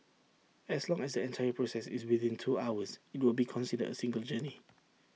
as long as the entire process is within two hours IT will be considered A single journey